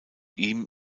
ihm